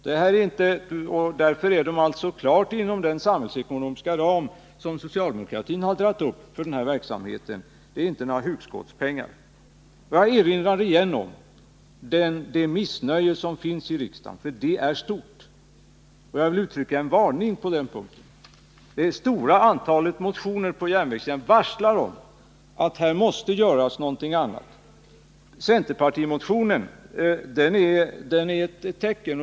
Därför ligger de också klart inom den samhällsekonomiska ram som socialdemokratin dragit upp för denna verksamhet. Det är inte några hugskottspengar. Jag vill erinra igen om det missnöje som finns i riksdagen. Det är stort, och jag vill uttrycka en varning på den punkten. Det stora antalet motioner på järnvägsområdet varslar om att här måste göras någonting annat. Centerpartimotionen är ett tecken.